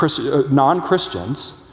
non-Christians